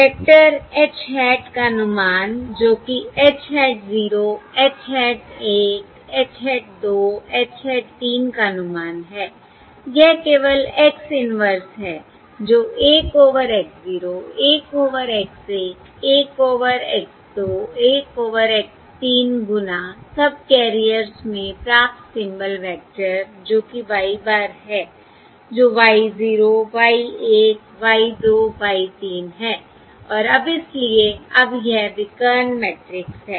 vector H hat का अनुमान जो कि H hat 0 H hat 1 H hat 2 H hat 3 का अनुमान है यह केवल X इन्वर्स है जो 1 over X 0 1 over X 11 over X 2 1 over X3 गुना सबकैरियर्स में प्राप्त सिंबल वेक्टर जो कि Y bar है जो Y 0 Y 1 Y 2 Y 3 है और अब इसलिए अब यह विकर्ण मैट्रिक्स है